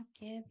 give